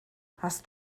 hast